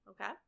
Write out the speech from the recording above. Okay